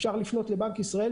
אפשר לפנות לבנק ישראל,